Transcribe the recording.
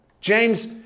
James